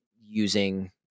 using